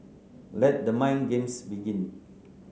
let the mind games begin